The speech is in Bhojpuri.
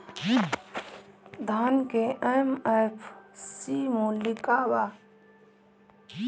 धान के एम.एफ.सी मूल्य का बा?